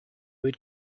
would